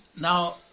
now